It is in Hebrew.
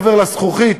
מעבר לזכוכית,